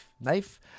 knife